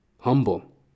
humble